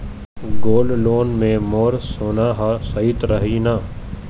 Gold loan मे मोर सोना हा सइत रही न?